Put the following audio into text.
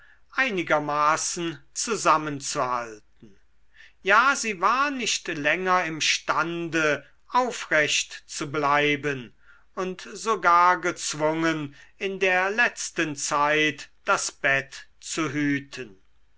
einigermaßen zusammenzuhalten ja sie war nicht länger imstande aufrecht zu bleiben und sogar gezwungen in der letzten zeit das bette zu hüten